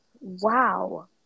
Wow